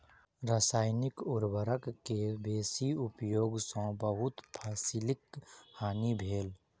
रसायनिक उर्वरक के बेसी उपयोग सॅ बहुत फसीलक हानि भेल